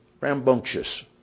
rambunctious